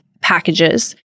packages